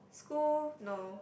school no